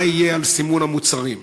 מה יהיה עם סימון המוצרים?